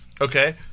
Okay